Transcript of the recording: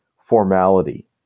formality